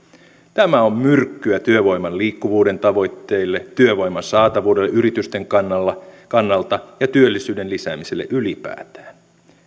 tämä on myrkkyä työvoiman liikkuvuuden tavoitteille työvoiman saatavuudelle yritysten kannalta ja työllisyyden lisäämiselle ylipäätään